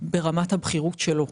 ברמת הבכירות שלו.